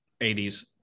80s